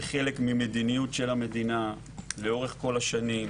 כחלק ממדיניות של המדינה לאורך כל השנים.